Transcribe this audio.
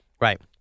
Right